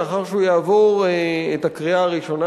לאחר שהוא יעבור את הקריאה הראשונה,